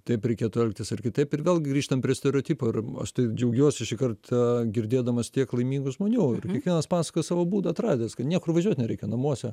taip reikėtų elgtis ar kitaip ir vėlgi grįžtam prie stereotipų ar aš taip džiaugiuosi šį kartą girdėdamas tiek laimingų žmonių ir kiekvienas pasakoja savo būdą atradęs kad niekur važiuot nereikia namuose